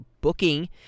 booking